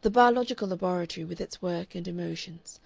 the biological laboratory with its work and emotions,